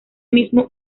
mismo